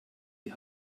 die